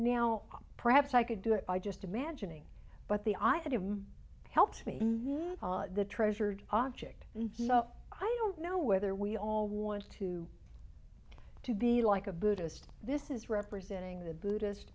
now perhaps i could do it i just imagining what the i could have helped me the treasured object i don't know whether we all want to to be like a buddhist this is representing the buddhist